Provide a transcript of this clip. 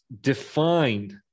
defined